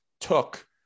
took